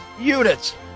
units